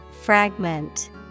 Fragment